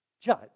Judge